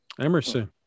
Emerson